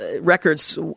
records